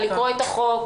לקרוא את החוק,